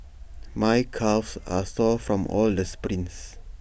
my calves are sore from all the sprints